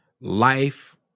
life